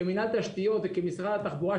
כמינהל תשתיות וכמשרד התחבורה,